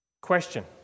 Question